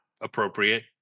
appropriate